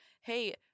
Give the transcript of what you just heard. Hey